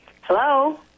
Hello